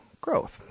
growth